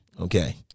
okay